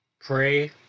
pray